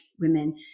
women